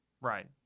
Right